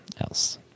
else